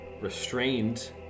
restrained